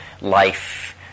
life